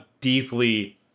deeply